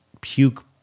puke